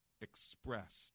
expressed